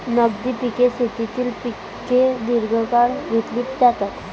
नगदी पिके शेतीतील पिके दीर्घकाळ घेतली जातात